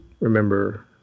remember